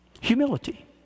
Humility